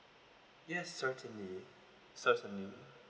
yes certainly certainly